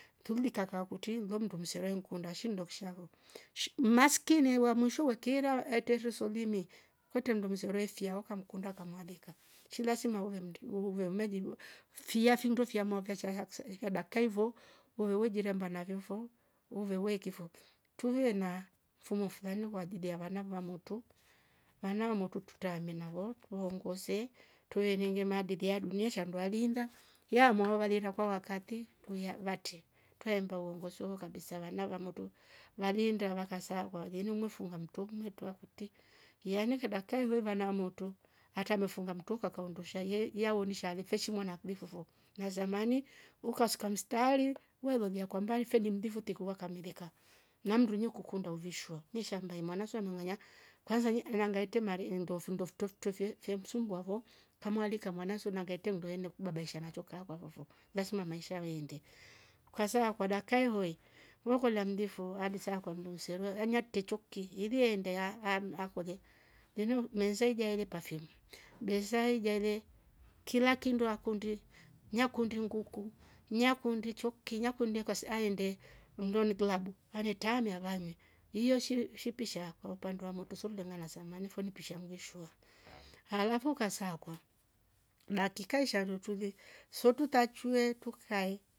Kimdi kaka kuti mlomndu ndumsere nkunda shindo nkshavo shh maskini wa mwisho wakira hitorosorimi kwete mndunu sorefia hoka mkunda kamaleka shii lazima uwe mndu uwe mm- mmelidwa fia findo fya mwakasha yahksa ehh dakka hivo huyo huwe jeriamba navimfo uveweke kifomvo tuwe na mfumo fulani kwa ajili wa varna vamoto varna vamoto tutammena wo tuongoze tueringmad dedea dunesha mbalingaa yea mwaovarila kwa wakati tuya vate twehembe uongozo kabisa varna varmoto vavinda vakasa ukwavini umefunga mtu umetwa te. yenye kidakka hivo na moto atame mefunga mtu kakao ondosha ye ye aonishwa le femishwa mwana kuliko vo na zamani ukaska mstari we lolia kwamba lifeli mlivute kuwakameleka namndunyo kukondo ndo vishwa nisha mbaima maana swa nganga nanya kwanza ye narngarte mare ndo findo ftofto ftofye hemsumbua vo kamwale kamwana suna ngaete mndwene kubabaisha nachoka kwavov lazima maisha wende ukasawa kwa dakka ivoie wekola mndifo alisakwa kwamba mserue arnya te choki ili yeendea amm amm akoje ni mimo mezeija ele pafyumu beza ijale kila kindwa kundi nyakundi nguku. nyakundi choki. nyakundi akwse aende mndo ni kilabu aneta miavanywe ioshi shimpa kwa upande wa moutu surna lenga nasama manifo nipisha ngweshwa. alafu ukasakwa dakika ishando toule sotu tachwe tukae.